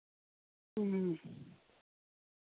ᱦᱮᱸ